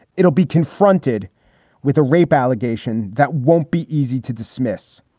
it will be confronted with a rape allegation that won't be easy to dismiss.